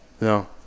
No